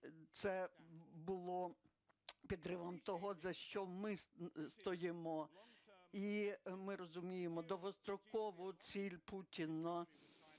це було підривом того, за що ми стоїмо. І ми розуміємо довгострокову ціль Путіна